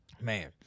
Man